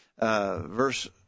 verse